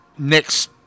Next